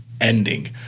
ending